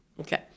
Okay